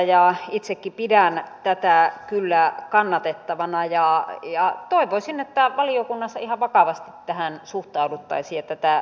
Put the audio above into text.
itsekin pidän tätä kyllä kannatettavana ja toivoisin että valiokunnassa ihan vakavasti tähän suhtauduttaisiin ja tätä tutkittaisiin